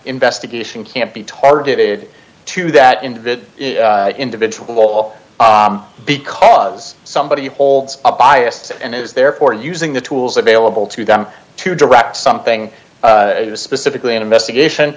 investigation can't be targeted to that individual individual because somebody holds a bias and is therefore using the tools available to them to direct something specifically an investigation